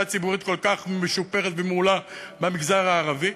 ציבורית כל כך משופרת ומעולה במגזר הערבי,